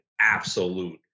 absolute